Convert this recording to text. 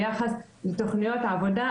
ביחס לתכניות העבודה,